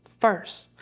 first